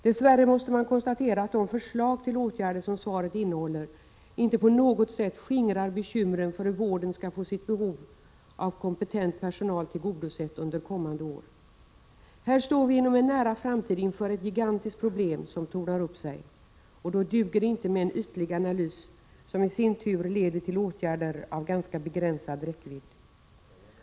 Dess värre måste man konstatera att de förslag till åtgärder som svaret innehåller inte på något sätt skingrar bekymren för hur vården skall få sitt behov av kompetent personal tillgodosett under kommande år. Det problem som här tornar upp sig blir inom en nära framtid gigantiskt. Då duger det inte med en ytlig analys, som i sin tur leder till åtgärder av ganska begränsad räckvidd.